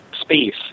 space